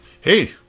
Hey